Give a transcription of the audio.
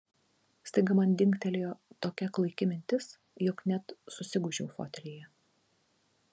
staiga man dingtelėjo tokia klaiki mintis jog net susigūžiau fotelyje